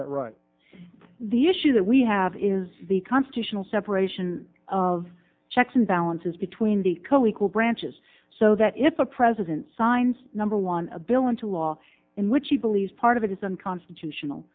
that right the issue that we have is the constitutional separation of checks and balances between the co equal branches so that if a president signs number one a bill into law in which he believes part of it is unconstitutional